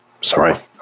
Sorry